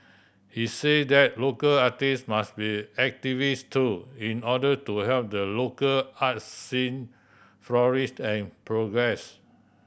he say that local artist must be activist too in order to help the local art scene flourish and progress